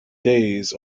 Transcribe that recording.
days